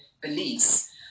beliefs